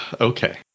Okay